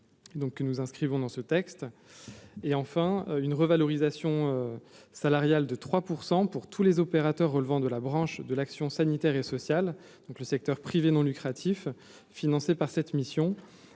que nous inscrivons dans ce texte, et enfin une revalorisation salariale de 3 % pour tous les opérateurs relevant de la branche de l'action sanitaire et sociale donc le secteur privé non lucratif financée par cette mission,